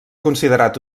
considerat